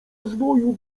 rozwoju